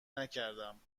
نکردم